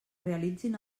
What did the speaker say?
realitzin